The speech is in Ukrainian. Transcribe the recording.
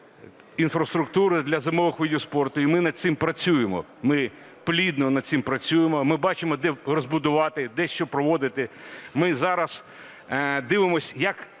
інфраструктури для зимових видів спорту і ми над цим працюємо. Ми плідно над цим працюємо, ми бачимо, де розбудувати, де що проводити. Ми зараз дивимось, як